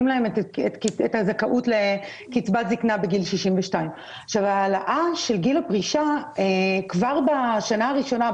להן את הזכאות לקצבת זקנה בגיל 62. העלאה של גיל הפרישה כבר בשנה הראשונה,